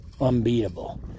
unbeatable